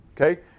Okay